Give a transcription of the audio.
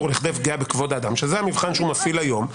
לכדי פגיעה בכבוד האדם שזה המבחן שהוא מפעיל היום,